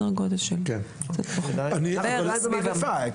אנחנו עדיין במגפה.